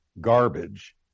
garbage